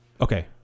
Okay